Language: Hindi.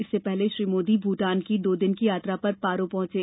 इससे पहले श्री मोदी भूटान की दो दिन की यात्रा पर पारो पहुंचे